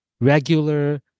regular